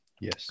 yes